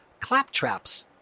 claptraps